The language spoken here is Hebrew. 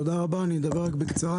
תודה רבה, אני אדבר בקצרה.